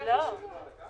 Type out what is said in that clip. ועלולים להדביק אדם בסיכון.